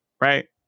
right